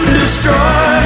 destroy